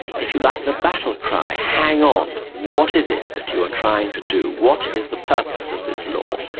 if you like, the battle cry hang on, what is it that you are trying to do, what is the purpose of this law,